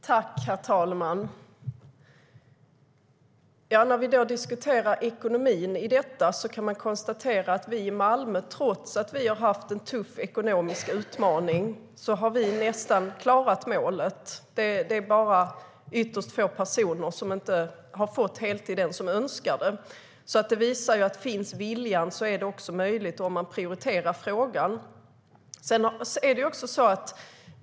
Herr talman! När vi diskuterar ekonomin i detta kan man konstatera att vi i Malmö, trots att vi har haft en tuff ekonomisk utmaning nästan har klarat målet. Det är ytterst få personer som önskar heltid som inte har fått det än. Det visar att om viljan finns är det också möjligt om man prioriterar frågan.